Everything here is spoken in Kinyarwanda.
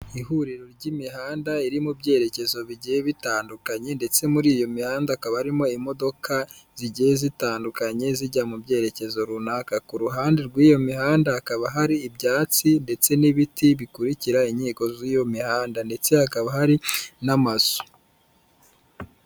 Ihuriro ry'imihanda iri mu byerekezo bigiye bitandukanye, ndetse muri iyo mihanda hakaba harimo imodoka zigiye zitandukanye, zijya mu byerekezo runaka, ku ruhande rw'iyo mihanda hakaba hari ibyatsi, ndetse n'ibiti bikurikira inkiko z'iyo mihanda, ndetse hakaba hari n'amazu.